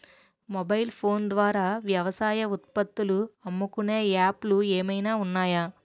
Mobile phone ద్వారా వ్యవసాయ ఉత్పత్తులు అమ్ముకునే యాప్ లు ఏమైనా ఉన్నాయా?